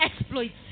exploits